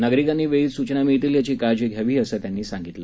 नागरिकांना वेळीच सूचना मिळतील याची काळजी घ्यावी असं त्यांनी सांगितलं